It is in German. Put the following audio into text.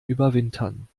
überwintern